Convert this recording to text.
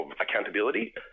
accountability